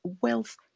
wealth